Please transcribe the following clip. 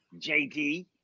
JD